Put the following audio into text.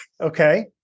Okay